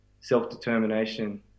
self-determination